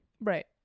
Right